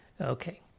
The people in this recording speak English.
Okay